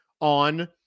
on